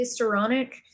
hysteronic